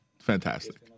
fantastic